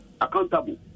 accountable